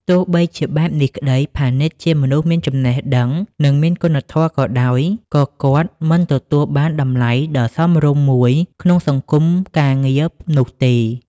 ទោះបីជាបែបនេះក្តី ផានីតជាមនុស្សមានចំណេះដឹង និងមានគុណធម៌ក៏ដោយ ក៏គាត់មិនទទួលបានតម្លៃដ៏សមរម្យមួយក្នុងសង្គមការងារនោះទេ។